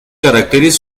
caracteres